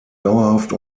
dauerhaft